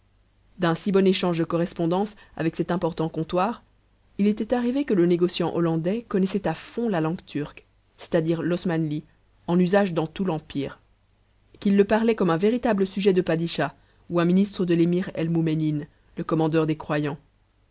d'un si bon échange de correspondances avec cet important comptoir il était arrivé que le négociant hollandais connaissait à fond la langue turque c'est-à-dire l'osmanli en usage dans tout l'empire qu'il le parlait comme un véritable sujet du padichah ou un ministre de l émir el moumenin le commandeur des croyants